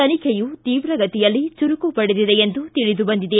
ತನಿಖೆಯು ತೀವ್ರಗತಿಯಲ್ಲಿ ಚುರುಕು ಪಡೆದಿದೆ ಎಂದು ತಿಳಿದುಬಂದಿದೆ